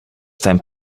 time